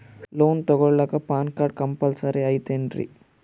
Loan ತೊಗೊಳ್ಳಾಕ PAN card compulsory ಐಯ್ತೇನ್ರಿ?